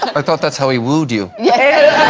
i thought that's how he wooed you. yeah